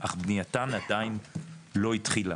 אך בנייתן עדיין לא התחילה,